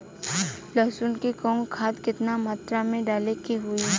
लहसुन में कवन खाद केतना मात्रा में डाले के होई?